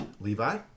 Levi